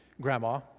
Grandma